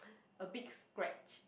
a big scratch